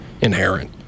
inherent